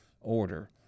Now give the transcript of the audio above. order